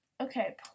Okay